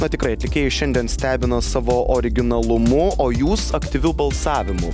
na tikrai atlikėjai šiandien stebino savo originalumu o jūs aktyviu balsavimu